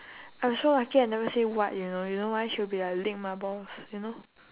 I'm so lucky I never say what you know you know why she'll be like ligma balls you know